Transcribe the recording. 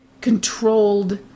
controlled